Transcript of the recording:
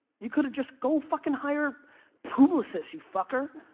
you could have just go fucking hire poolassist you fucker.